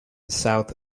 south